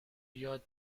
یاد